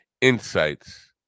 insights